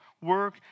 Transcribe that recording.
work